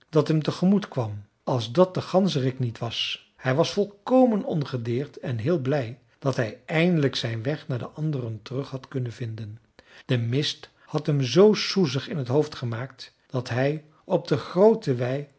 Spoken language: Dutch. dat hem te gemoet kwam als dat de ganzerik niet was hij was volkomen ongedeerd en heel blij dat hij eindelijk zijn weg naar de anderen terug had kunnen vinden de mist had hem zoo soezig in t hoofd gemaakt dat hij op de groote wei